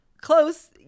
close